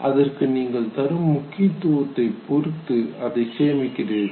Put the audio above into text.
அதற்கு நீங்கள் தரும் முக்கியத்துவத்தை பொருத்து அதை சேமிக்கிறீர்கள்